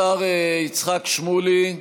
השר יצחק שמולי,